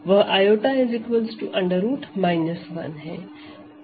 वह i √ 1 है